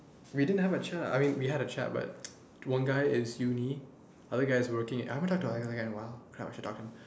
we didn't have a chat I mean we had a chat but one guy is uni and other guy is working I have not been talking to the other guy in a while oh shit what am I talking